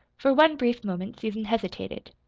for one brief moment susan hesitated.